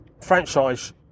franchise